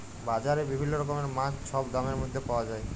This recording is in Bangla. বাজারে বিভিল্ল্য রকমের মাছ ছব দামের ম্যধে পাউয়া যায়